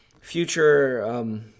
future